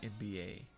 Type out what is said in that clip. NBA